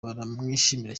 baramwishimira